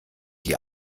die